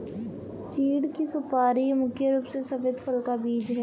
चीढ़ की सुपारी मुख्य रूप से सफेद फल का बीज है